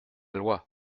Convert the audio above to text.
loi